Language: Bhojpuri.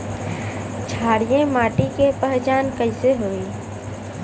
क्षारीय माटी के पहचान कैसे होई?